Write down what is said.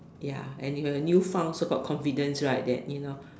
ya and you have a new farm also got confidence right that you know